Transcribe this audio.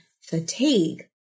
fatigue